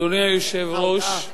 אדוני היושב-ראש,